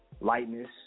lightness